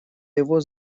его